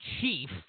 chief